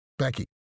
Becky